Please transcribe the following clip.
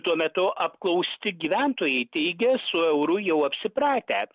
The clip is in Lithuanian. tuo metu apklausti gyventojai teigė su euru jau apsipratę